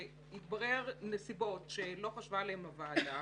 ויבררו נסיבות שלא חשבה עליהן הוועדה,